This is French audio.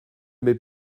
mets